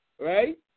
right